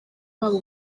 babo